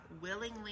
willingly